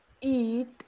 eat